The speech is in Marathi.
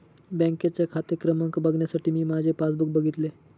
बँकेचा खाते क्रमांक बघण्यासाठी मी माझे पासबुक बघितले